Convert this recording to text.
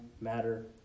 matter